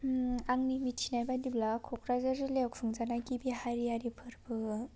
आंनि मिथिनाय बादिब्ला क'क्राझार जिल्लायाव खुंजानाय गिबि हारियारि फोरबो